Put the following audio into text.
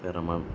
பெருமான்